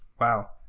Wow